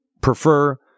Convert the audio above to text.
prefer